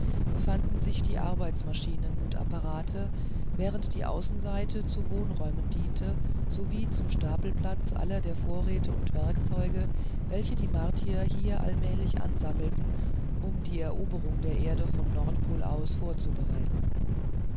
befanden sich die arbeitsmaschinen und apparate während die außenseite zu wohnräumen diente sowie zum stapelplatz aller der vorräte und werkzeuge welche die martier hier allmählich ansammelten um die eroberung der erde vom nordpol aus vorzubereiten